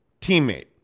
teammate